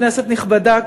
כנסת נכבדה,